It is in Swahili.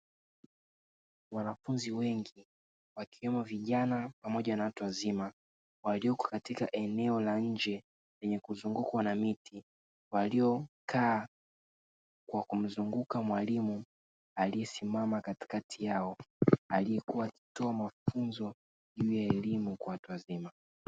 Wanafunzi wengu wakiwemo vijana pamoja na watu wazima walioko katika eneo la nje, lenye kuzungukwa na miti, waliokaa kwa kumzunguka mwalimu aliyesimama katikati yao aliyekuwa akitoa mafunzo juu ya elimu kwa watu wazima.